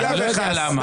אני לא יודע למה.